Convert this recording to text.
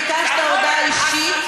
ביקשת הודעה אישית.